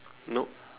nope